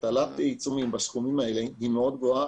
הטלת עיצומים בסכומים האלה היא גבוהה מאוד.